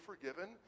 forgiven